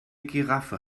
giraffe